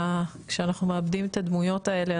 כשאנחנו מאבדים את הדמויות האלה,